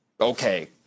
okay